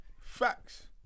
Facts